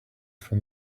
from